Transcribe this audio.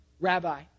rabbi